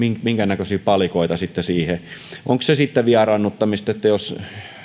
minkäännäköisiä palikoita siihen onko se sitten vieraannuttamista jos